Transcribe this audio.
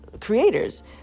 creators